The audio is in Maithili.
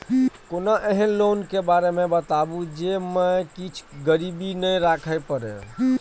कोनो एहन लोन के बारे मे बताबु जे मे किछ गीरबी नय राखे परे?